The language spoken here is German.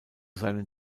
seinen